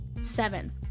Seven